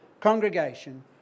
Congregation